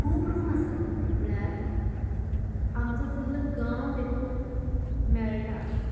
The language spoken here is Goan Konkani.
म्हणल्यार खूब रूम आसा म्हणल्यार आमचो फुल्ल गांव तेतुन मेळटा